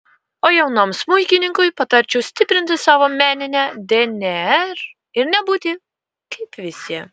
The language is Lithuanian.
o jaunam smuikininkui patarčiau stiprinti savo meninę dnr ir nebūti kaip visi